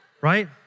Right